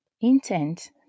intent